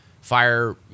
fire